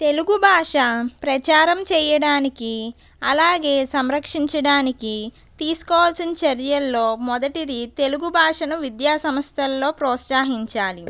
తెలుగు భాష ప్రచారం చేయడానికి అలాగే సంరక్షించడానికి తీసుకోవాల్సిన చర్యల్లో మొదటిది తెలుగు భాషను విద్యా సంస్థల్లో ప్రోత్సాహించాలి